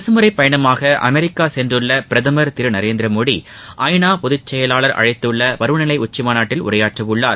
அரசு முறைப் பயணமாக அமெரிக்கா சென்றுள்ள பிரதமர் திரு நரேந்திர மோடி ஐநா பொதுச் செயலாளர் அழைத்துள்ள பருவநிலை உச்சி மாநாட்டில் உரையாற்ற உள்ளார்